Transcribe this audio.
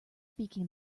speaking